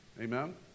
Amen